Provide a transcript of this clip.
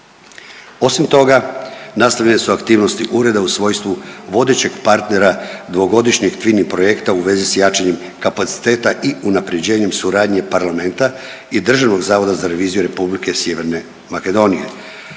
Osim toga, nastavljene su aktivnosti ureda u svojstvu vodećeg partnera 2-godišnjeg Tvini projekta u vezi s jačanjem kapaciteta i unaprjeđenjem suradnje parlamenta i Državnog zavoda za reviziju Republike Sjeverne Makedonije.